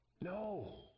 No